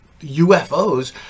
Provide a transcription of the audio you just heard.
UFOs